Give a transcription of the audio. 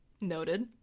Noted